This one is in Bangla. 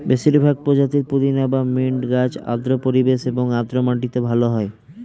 বেশিরভাগ প্রজাতির পুদিনা বা মিন্ট গাছ আর্দ্র পরিবেশ এবং আর্দ্র মাটিতে ভালো হয়